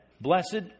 blessed